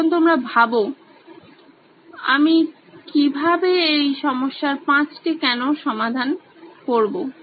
এখন তোমরা ভাবো আমি কিভাবে এই সমস্যাটার পাঁচটি কেনো এর সমাধান করবো